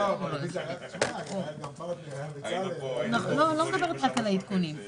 אנחנו הגשנו את הרוויזיה הזאת בגלל המצב של העובדים במשרד החוץ.